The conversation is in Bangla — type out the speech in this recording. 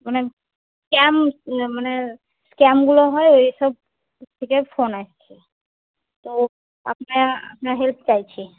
মানে স্ক্যাম মানে স্ক্যামগুলো হয় ওই সব থেকে ফোন আসছে তো আপনার আপনার হেল্প চাইছি